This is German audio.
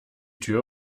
tür